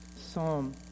Psalm